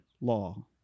law